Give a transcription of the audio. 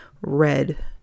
red